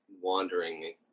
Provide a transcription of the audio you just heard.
wandering